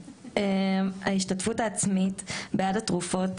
-- (1)ההשתתפות העצמית בעד התרופות